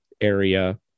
area